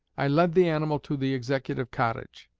i led the animal to the executive cottage,